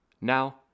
now